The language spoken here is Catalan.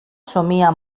somia